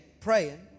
praying